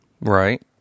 Right